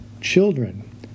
Children